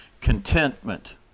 Contentment